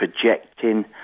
projecting